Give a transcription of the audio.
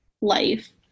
life